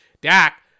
Dak